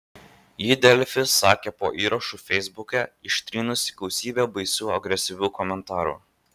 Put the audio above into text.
ji delfi sakė po įrašu feisbuke ištrynusi gausybę baisių agresyvių komentarų